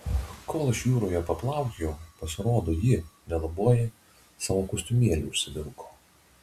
kol aš jūroje paplaukiojau pasirodo ji nelaboji savo kostiumėlį užsivilko